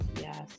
Yes